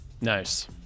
Nice